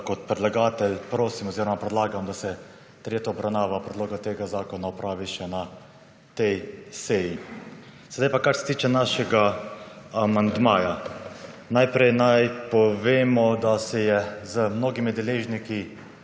kot predlagatelj prosim oziroma predlagam, da se tretja obravnava predloga tega zakona opravi še na tej seji. Sedaj pa, kar se tiče našega amandmaja. Najprej naj povemo, da se je z mnogimi deležniki